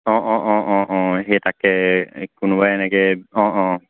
অঁ অঁ অঁ অঁ অঁ সেই তাকে এই কোনোবাই এনেকৈ অঁ অঁ